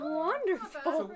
wonderful